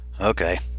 Okay